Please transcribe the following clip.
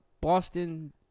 Boston